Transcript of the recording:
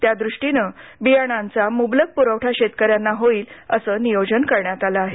त्यादृष्टीने वियाण्यांचा मुबलक पुरवठा शेतक यांना होईल असं नियोजन करण्यात आलं आहे